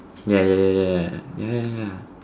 ya ya ya ya ya ya ya